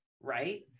Right